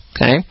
Okay